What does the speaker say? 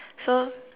so